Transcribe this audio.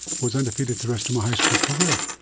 was undefeated the rest of my high school career.